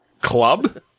Club